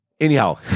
Anyhow